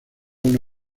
una